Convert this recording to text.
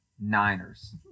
Niners